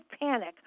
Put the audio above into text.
panic